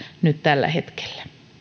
nyt tällä hetkellä